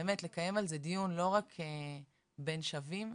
באמת לקיים על זה דיון לא רק בין שווים,